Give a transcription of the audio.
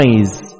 eyes